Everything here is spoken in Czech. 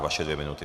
Vaše dvě minuty.